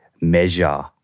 measure